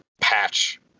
patch